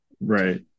Right